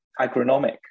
agronomic